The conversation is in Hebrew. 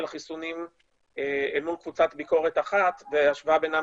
החיסונים אל מול קבוצת ביקורת אחת והשוואה בינם